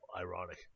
ironic –